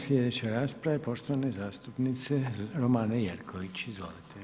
Sljedeća rasprava je poštovane zastupnice Romane Jerković, izvolite.